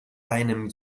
einem